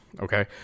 okay